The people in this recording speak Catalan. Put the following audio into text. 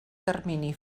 termini